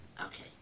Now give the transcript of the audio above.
Okay